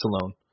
alone